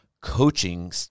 coaching